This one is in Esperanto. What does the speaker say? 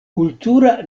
kultura